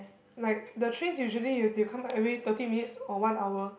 like the trains usually you you come back already thirty minutes or one hour